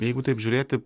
jeigu taip žiūrėti